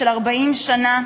של 40 שנה,